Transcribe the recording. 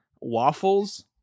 waffles